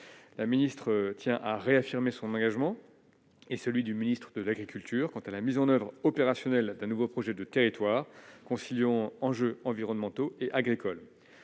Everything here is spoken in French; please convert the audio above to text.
la ministre tient à réaffirmer son engagement et celui du ministre de l'Agriculture quant à la mise en oeuvre opérationnelle d'un nouveau projet de territoire conciliant enjeux environnementaux et agricoles,